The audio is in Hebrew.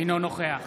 אינו נוכח